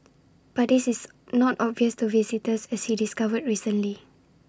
but this is not obvious to visitors as he discovered recently